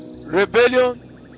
rebellion